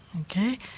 Okay